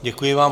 Děkuji vám.